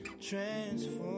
Transform